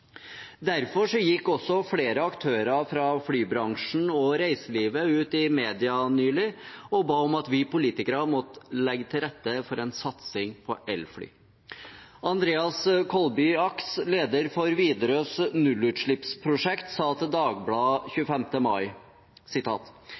gikk også flere aktører fra flybransjen og reiselivet nylig ut i media og ba om at vi politikere måtte legge til rette for en satsing på elfly. Andreas Kollbye Aks, leder for Widerøes nullutslippsprosjekt, sa til Dagbladet